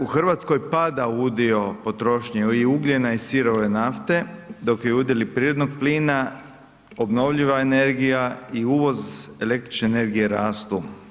U Hrvatskoj pada udio potrošnje i ugljena i sirove nafte dok je udjeli prirodnog plina, obnovljiva energija i uvoz električne energije rastu.